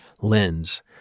lens